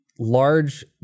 Large